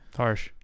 harsh